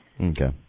Okay